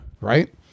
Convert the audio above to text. Right